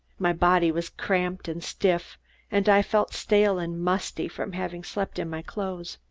my body was cramped and stiff and i felt stale and musty from having slept in my clothes.